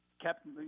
kept